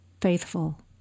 faithful